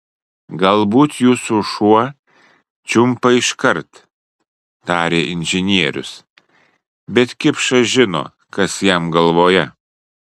galbūt jūsų šuo čiumpa iškart tarė inžinierius bet kipšas žino kas jam galvoje